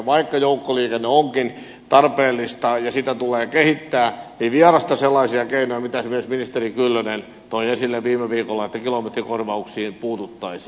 vaikka joukkoliikenne onkin tarpeellista ja sitä tulee kehittää vierastan sellaisia keinoja joita esimerkiksi ministeri kyllönen toi esille viime viikolla että kilometrikorvauksiin puututtaisiin